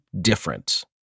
different